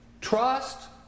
Trust